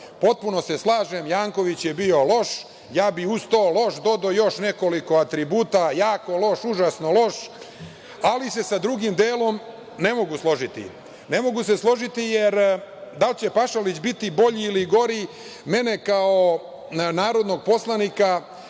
Potpuno se slažem, Janković je bio loš. Ja bih uz to „loš“ dodao još nekoliko atributa – “jako loš“, „užasno loš“, ali se sa drugim delom ne mogu složiti. Ne mogu se složiti jer da li će Pašalić biti bolji ili gori, mene kao narodnog poslanika